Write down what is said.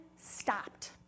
stopped